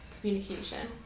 communication